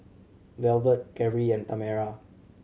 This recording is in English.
Velvet Carri and Tamera